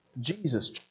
Jesus